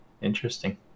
interesting